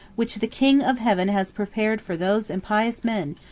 which the king of heaven has prepared for those impious men,